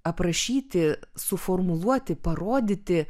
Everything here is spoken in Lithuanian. aprašyti suformuluoti parodyti